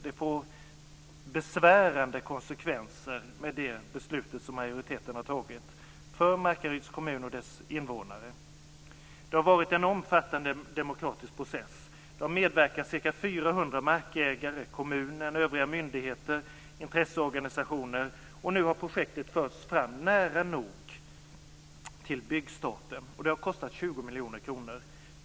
Det blir besvärande konsekvenser med det beslut som majoriteten har fattat för Markaryds kommun och dess invånare. Det har varit en omfattande demokratisk process. Det har medverkat ca 400 markägare, kommunen, övriga myndigheter och intresseorganisationer, och nu har projektet förts fram nära nog till byggstart. Det har kostat 20 miljoner kronor.